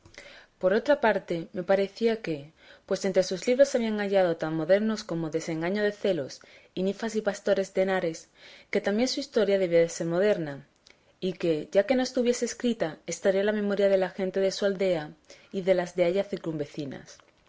por otra parte me parecía que pues entre sus libros se habían hallado tan modernos como desengaño de celos y ninfas y pastores de henares que también su historia debía de ser moderna y que ya que no estuviese escrita estaría en la memoria de la gente de su aldea y de las a ella circunvecinas